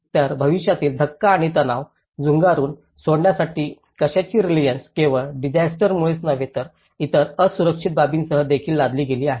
तर भविष्यातील धक्का आणि तणाव झुगारून सोडण्यासाठी कशाची रेसिलियन्स केवळ डिसास्टरमुळेच नव्हे तर इतर असुरक्षित बाबींसह देखील लादली गेली आहे